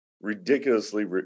ridiculously